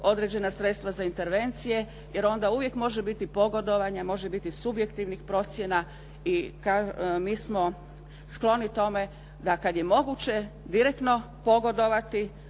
određena sredstva za intervencije. Jer onda uvijek može biti pogodovanja, može biti subjektivnih procjena i mi smo skloni tome da kad je moguće direktno pogodovati